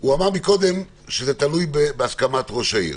הוא אמר מקודם שזה תלוי בהסכמת ראש העיר,